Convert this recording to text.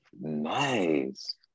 Nice